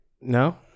no